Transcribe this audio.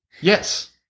Yes